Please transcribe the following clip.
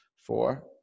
Four